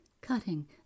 cutting